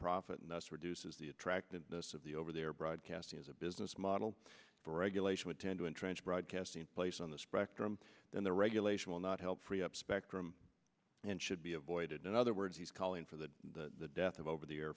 profit and loss reduces the attractiveness of the over the air broadcasting as a business model for regulation would tend to entrench broadcasting place on the spectrum then the regulation will not help free up spectrum and should be avoided in other words he's calling for the death of over the air